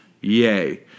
Yay